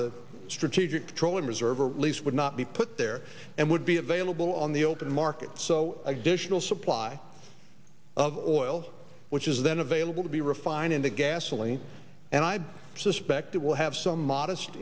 the strategic petroleum reserve or release would not be put there and would be available on the open market so additional supply of oil which is then available to be refined into gasoline and i suspect that will have some modest